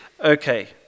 Okay